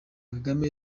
kagame